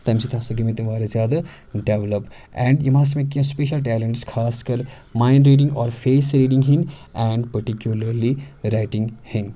تَمہِ سۭتۍ ہَسا گٔیے مےٚ تِم واریاہ زیادٕ ڈٮ۪ولَپ اینڈ یِم ہَسا مےٚ کینٛہہ سُپیشَل ٹیلنٛٹس خاص کر ماینٛڈ ریٖڈِنٛگ اور فیس ریٖڈِنٛگ ہِنٛد اینڈ پٔٹِکیوٗلَرلی رایٹِنٛگ ہِنٛد